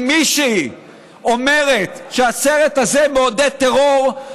אם מישהי אומרת שהסרט הזה מעודד טרור,